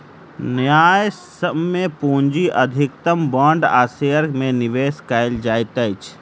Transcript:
न्यायसम्य पूंजी अधिकतम बांड आ शेयर में निवेश कयल जाइत अछि